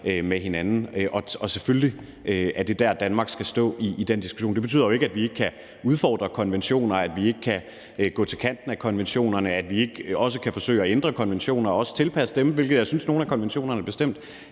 med hinanden, og det er selvfølgelig der, hvor Danmark skal stå i den diskussion. Det betyder jo ikke, at vi ikke kan udfordre konventioner, at vi ikke kan gå til kanten af konventionerne, og at vi ikke også kan forsøge at ændre konventionerne og også tilpasse dem, hvilket jeg bestemt også synes at nogle af konventionerne trænger